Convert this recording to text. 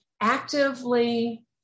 actively